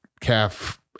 calf